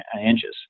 inches